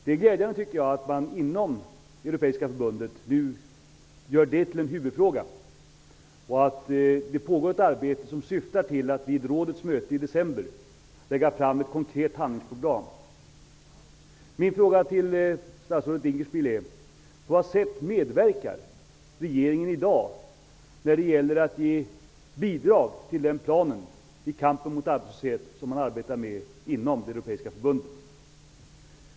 Det är glädjande att man inom det europeiska förbundet nu gör kampen mot arbetslösheten till en huvudfråga. Det pågår ett arbete som syftar till att vid rådets möte i december lägga fram en konkret handlingsplan. Min fråga till statsrådet Dinkelspiel är: På vad sätt medverkar regeringen i dag när det gäller att ge bidrag till den plan mot arbetslöshet som man arbetar med inom det europeiska förbundet?